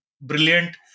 brilliant